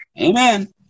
amen